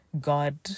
God